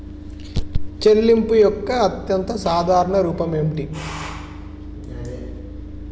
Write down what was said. చెల్లింపు యొక్క అత్యంత సాధారణ రూపం ఏమిటి?